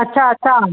अच्छा अच्छा